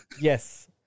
yes